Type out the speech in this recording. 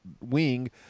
wing